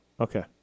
Okay